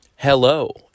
Hello